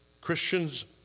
Christians